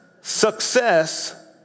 success